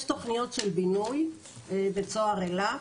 יש תכניות של בינוי, בית סוהר אלה,